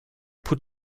put